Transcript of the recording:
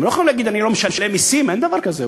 הם לא יכולים להגיד: אני לא משלם מסים אין דבר כזה,